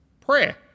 prayer